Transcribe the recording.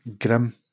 grim